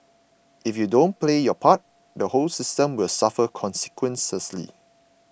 if you don't play your part the whole system will suffer consequences